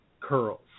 curls